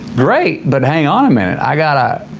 great, but hang on a minute. i got to,